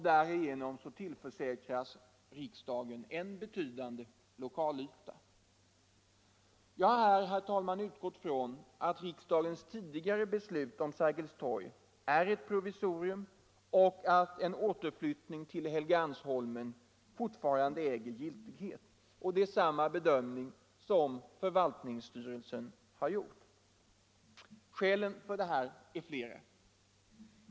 Därigenom tillförsäkras riksdagen en betydande lokalyta. Jag har här utgått från att riksdagens tidigare beslut om Sergels torg är ett provisorium och att en återflyttning till Helgeandsholmen fortfarande äger giltighet. Det är samma bedömning som förvaltningsstyrelsen har gjort. Skälen härför är flera.